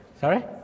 Sorry